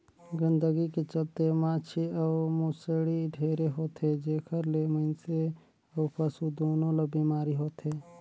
गंदगी के चलते माछी अउ भुसड़ी ढेरे होथे, जेखर ले मइनसे अउ पसु दूनों ल बेमारी होथे